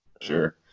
sure